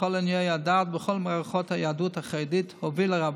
בכל ענייני הדת ובכל מערכות היהדות החרדית הוביל הרב